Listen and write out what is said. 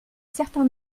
certain